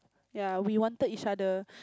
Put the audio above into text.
ya we wanted each other